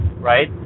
right